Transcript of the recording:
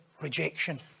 rejection